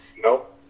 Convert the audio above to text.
Nope